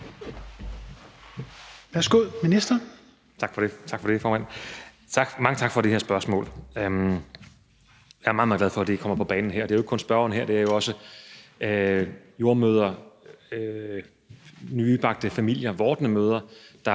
(Magnus Heunicke): Tak for det, formand. Mange tak for det her spørgsmål. Jeg er meget, meget glad for, at det kommer på banen her. Det er jo ikke kun spørgeren; det er også jordemødre, nybagte familier, vordende mødre, der